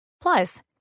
Plus